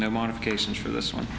no modifications for this one